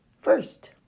First